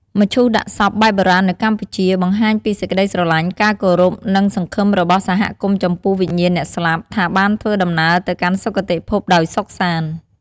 មឈូសដាក់សពបែបបុរាណនៅកម្ពុជា បង្ហាញពីសេចក្ដីស្រឡាញ់ ការគោរព និង សង្ឃឹមរបស់សហគមន៍ចំពោះវិញ្ញាណអ្នកស្លាប់ ថាបានធ្វើដំណើរទៅកាន់សុគតិភពដោយសុខសាន្ដ។